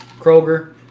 Kroger